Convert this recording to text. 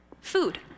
food